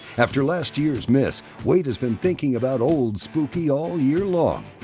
after last year's miss, wade has been thinking about old spooky all year long.